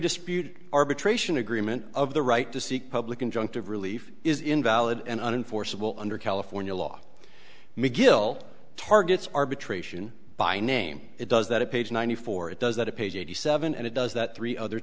dispute arbitration agreement of the right to seek public injunctive relief is invalid and unforeseeable under california law mcgill targets arbitration by name it does that a page ninety four it does that it pays eighty seven and it does that three other